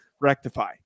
rectify